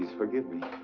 forgive me.